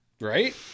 right